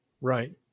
right